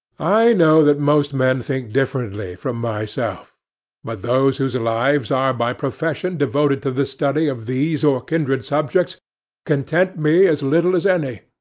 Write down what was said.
i know that most men think differently from myself but those whose lives are by profession devoted to the study of these or kindred subjects content me as little as any.